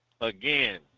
again